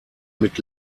mit